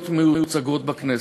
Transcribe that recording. להיות מיוצגות בכנסת?